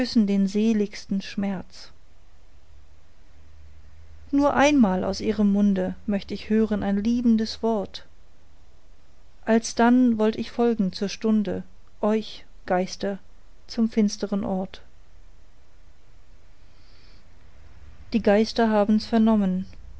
den seligsten schmerz nur einmal aus ihrem munde möcht ich hören ein liebendes wort alsdann wollt ich folgen zur stunde euch geister zum finsteren ort die geister habens vernommen